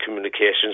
Communications